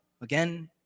again